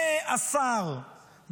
מהשר,